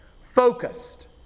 Focused